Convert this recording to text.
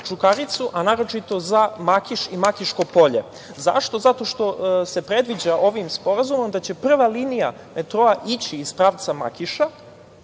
Čukaricu, a naročito za Makiš i Makiško polje. Zašto? Zato što se predviđa ovim sporazumom da će prva linija metroa ići iz pravca Makiša,